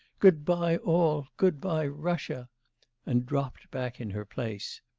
good-bye all, good-bye, russia and dropped back in her place.